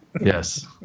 yes